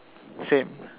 same